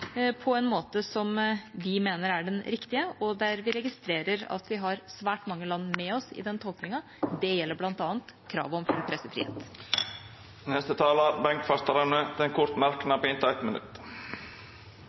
på en måte som vi mener er den riktige, og der vi registrerer at vi har svært mange land med oss i den tolkningen. Det gjelder bl.a. kravet om full pressefrihet. Representanten Bengt Fasteraune har hatt ordet to gonger tidlegare og får ordet til ein kort